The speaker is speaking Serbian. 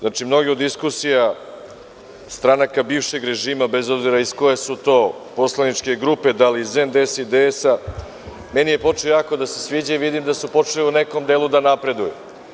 Mnoge od diskusija stranaka bivšeg režima, bez obzira iz koje su to poslaničke grupe, da li iz NDS ili DS, meni su počele jako da sviđaju i vidim da su u nekom delu počeli da napreduju.